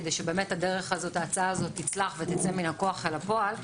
כדי שההצעה הזו תצלח ותצא מן הכוח אל הפועל.